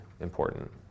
important